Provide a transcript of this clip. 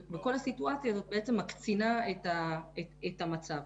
וכל הסיטואציה הזאת מקצינה את המצב.